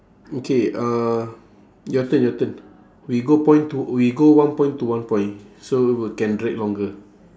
okay uh your turn your turn we go point to we go one point to one point so we can drag longer